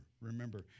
remember